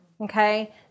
okay